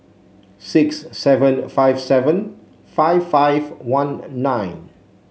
six seven five seven five five one nine